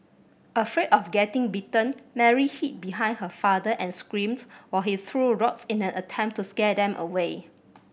afraid of getting bitten Mary hid behind her father and screamed while he threw rocks in an attempt to scare them away